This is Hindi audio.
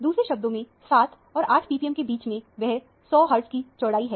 दूसरे शब्दों में 7 और 8 ppm के बीच में वह 100 महर्टज की चौड़ाई है